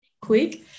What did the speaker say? quick